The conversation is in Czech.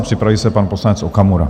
Připraví se pan poslanec Okamura.